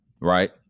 right